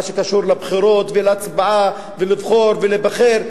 מה שקשור לבחירות ולהצבעה ולבחור ולהיבחר,